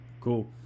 Cool